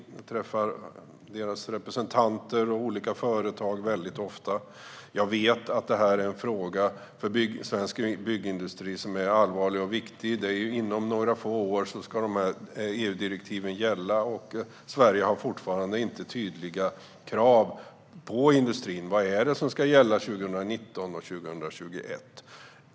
Jag träffar deras representanter och har kontakter med olika företag väldigt ofta. Jag vet att detta är en fråga som är allvarlig och viktig för svensk byggindustri. Inom några få år ska dessa EU-direktiv gälla, men Sverige har fortfarande inte tydliga krav på industrin. Vad är det som ska gälla 2019 och 2021?